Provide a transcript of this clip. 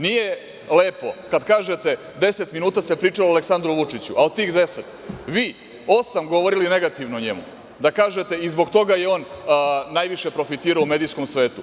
Nije lepo kad kažete - deset minuta se pričalo o Aleksandru Vučiću, a od tih 10 vi osam govorili negativno o njemu, da kažete - i zbog toga je on najviše profitirao u medijskom svetu.